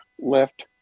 left